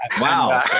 Wow